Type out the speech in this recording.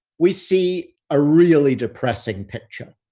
we see a really depressing picture.